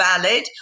valid